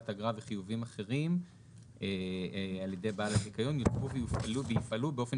אגרה וחיובים אחרים על ידי בעל הזיכיון יוצבו ויופעלו באופן